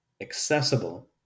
accessible